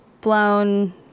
blown